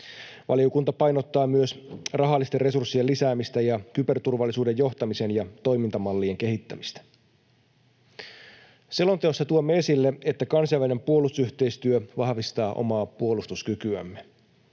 Valiokunta painottaa myös rahallisten resurssien lisäämistä ja kyberturvallisuuden johtamisen ja toimintamallien kehittämistä. Selonteossa tuomme esille, että kansainvälinen puolustusyhteistyö vahvistaa omaa puolustuskykyämme.